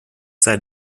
sei